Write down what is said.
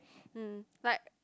mm but